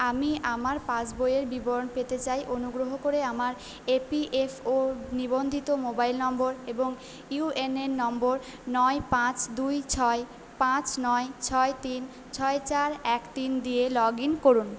আমি আমার পাসবইয়ের বিবরণ পেতে চাই অনুগ্রহ করে আমার ই পি এফ ও নিবন্ধিত মোবাইল নম্বর এবং ইউ এ এন নম্বর নয় পাঁচ দুই ছয় পাঁচ নয় ছয় তিন ছয় চার এক তিন দিয়ে লগ ইন করুন